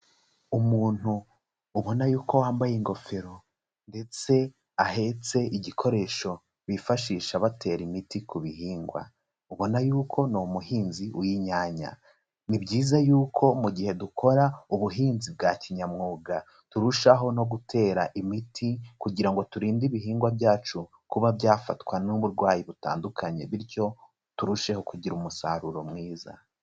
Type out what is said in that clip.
Umuntu ubona y'uko wambaye ingofero ndetse ahetse igikoresho bifashisha batera imiti ku bihingwa, ubona y'uko ni umuhinzi w'inyanya, ni byiza y'uko mu gihe dukora ubuhinzi bwa kinyamwuga turushaho no gutera imiti kugira ngo turinde ibihingwa byacu kuba byafatwa n'uburwayi butandukanye bityo turusheho kugira umusaruro mwiza.